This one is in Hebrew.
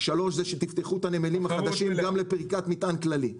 3. זה שתפתחו את הנמלים החדשים גם לפריקת מטען כללי.